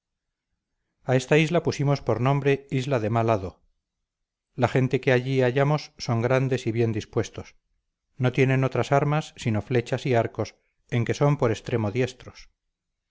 a esta isla pusimos por nombre isla de mal hado la gente que allí hallamos son grandes y bien dispuestos no tienen otras armas sino flechas y arcos en que son por extremo diestros